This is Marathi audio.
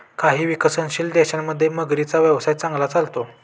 काही विकसनशील देशांमध्ये मगरींचा व्यवसाय चांगला चालतो